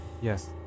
yes